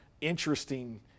interesting